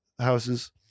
houses